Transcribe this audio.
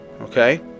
Okay